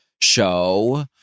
show